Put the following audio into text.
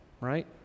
right